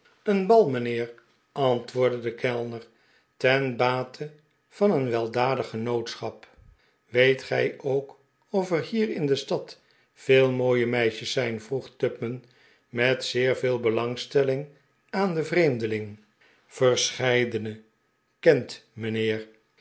een bal mijnheer antwoordde de kellner ten bate van een weldadig genootsqhap weet gij ook of er bier in de stad veel mooie meisjes zijn vroeg tupman met zeer veel belangstelling aan den vreemdeling verscheidene kent mijnheer